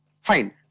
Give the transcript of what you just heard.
fine